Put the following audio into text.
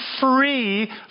free